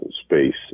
space